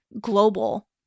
global